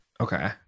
Okay